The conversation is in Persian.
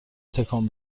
تکان